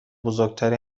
بزرگتری